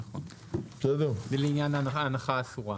נכון, זה לעניין ההנחה האסורה.